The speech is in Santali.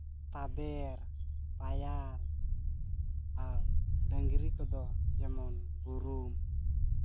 ᱛᱟᱵᱮᱨ ᱯᱟᱭᱟᱨ ᱟᱨ ᱰᱟᱹᱝᱨᱤ ᱠᱚᱫᱚ ᱡᱮᱢᱚᱱ ᱵᱩᱨᱩᱢ